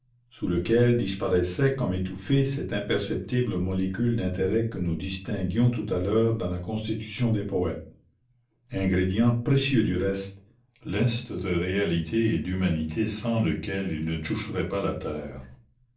sous lequel disparaissait comme étouffée cette imperceptible molécule d'intérêt que nous distinguions tout à l'heure dans la constitution des poètes ingrédient précieux du reste lest de réalité et d'humanité sans lequel ils ne toucheraient pas la terre